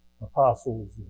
Apostles